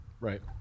Right